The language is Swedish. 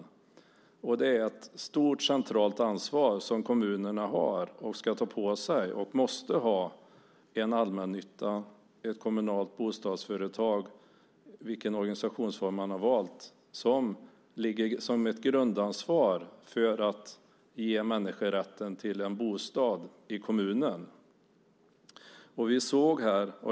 Det är ett stort centralt ansvar som kommunerna har och ska ta på sig. De måste ha en allmännytta, ett kommunalt bostadsföretag, eller vilken organisationsform man har valt, som ett grundansvar för att ge människor rätten till en bostad i kommunen.